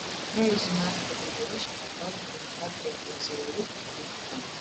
praėjusių metų pabaigoje ši bendrovė prijungta prie pzu lietuva